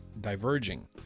diverging